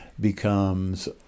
becomes